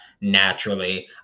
Naturally